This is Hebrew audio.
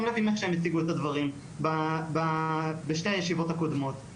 לב עם איך שהם הציגו את הדברים בשתי הישיבות הקודמות.